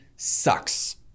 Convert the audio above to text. sucks